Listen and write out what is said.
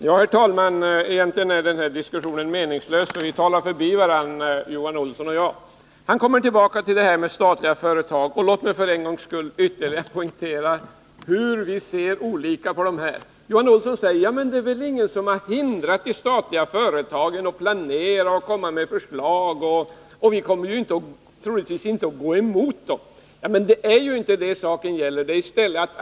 Herr talman! Egentligen är denna diskussion meningslös — vi talar förbi varandra, Johan Olsson och jag. Han kommer tillbaka till detta med statliga företag, och låt mig poängtera hur olika vi ser på detta. Johan Olsson säger: ”Det är väl ingen som har hindrat de statliga företagen att planera och lägga fram förslag. Och vi kommer troligtvis inte att gå emot de förslagen.” Men det är inte detta saken gäller.